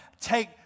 take